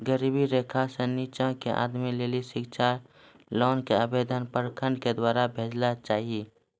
गरीबी रेखा से नीचे के आदमी के लेली शिक्षा लोन के आवेदन प्रखंड के द्वारा भेजना चाहियौ?